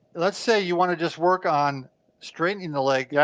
let's say you wanna just work on straitening the leg, yeah